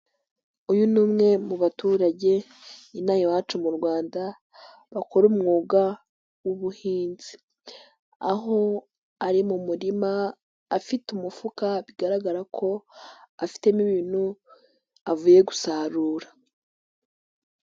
Uyu ni umwe mu baturage ino aha iwacu mu Rwanda bakora umwuga w'ubuhinzi, aho ari mu murima afite umufuka bigaragara ko afitemo ibintu avuye gusarura.